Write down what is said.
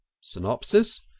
Synopsis